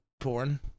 porn